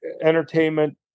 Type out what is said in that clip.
entertainment